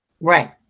Right